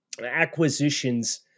acquisitions